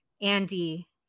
Andy